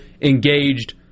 engaged